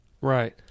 Right